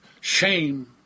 shame